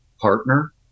partner